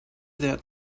that